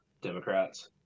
Democrats